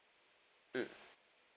mm